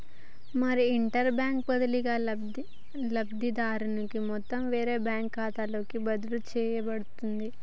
మరి interbank బదిలీలో లబ్ధిదారుని మొత్తం వేరే బ్యాంకు ఖాతాలోకి బదిలీ చేయబడుతుంది